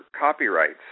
copyrights